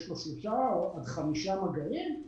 אם יש חמישה-שישה מגעים,